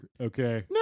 Okay